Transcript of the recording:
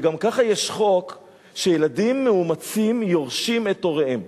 וגם ככה יש חוק שילדים מאומצים יורשים את הוריהם.